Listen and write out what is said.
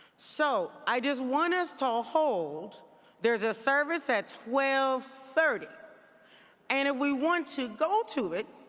so i just want us to hold there's a service at twelve thirty and if we want to go to it,